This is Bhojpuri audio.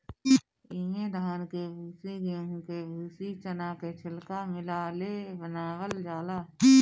इमे धान के भूसी, गेंहू के भूसी, चना के छिलका मिला ले बनावल जाला